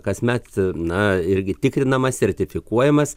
kasmet na irgi tikrinamas sertifikuojamas